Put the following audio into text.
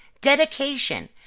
dedication